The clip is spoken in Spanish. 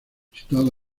situado